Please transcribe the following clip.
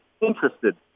interested